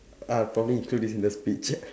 I probably include this in the speech